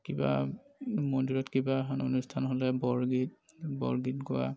কিবা মন্দিৰত কিবা এখন অনুষ্ঠান হ'লে বৰগীত বৰগীত গোৱা